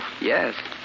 Yes